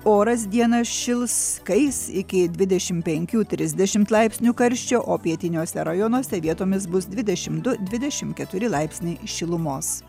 oras dieną šils kais iki dvidešimt penkių trisdešimt laipsnių karščio o pietiniuose rajonuose vietomis bus dvidešimt du dvidešimt keturi laipsniai šilumos